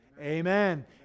amen